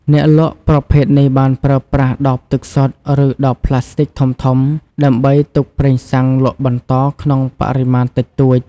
អ្នកលក់ប្រភេទនេះបានប្រើប្រាស់ដបទឹកសុទ្ធ ឬដបប្លាស្ទិកធំៗដើម្បីទុកប្រេងសាំងលក់បន្តក្នុងបរិមាណតិចតួច។